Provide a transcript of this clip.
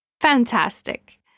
Fantastic